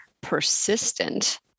persistent